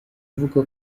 avuga